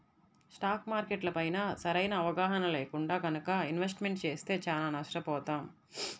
stock మార్కెట్లపైన సరైన అవగాహన లేకుండా గనక ఇన్వెస్ట్మెంట్ చేస్తే చానా నష్టపోతాం